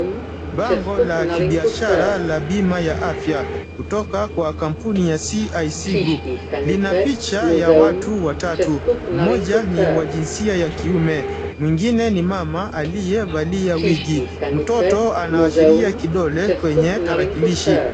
Bango la kibiashara la bima ya afya kutoka kwa kampuni ya CIC Group. Lina picha ya watu watatu. Mmoja ni wa jinsia ya kiume, mwingine ni mama aliyevalia wigi . Mtoto anaashiria kidole kwenye tarakilishi.